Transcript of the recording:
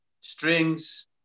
strings